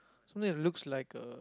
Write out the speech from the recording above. something that looks like a